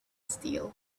still